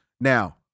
Now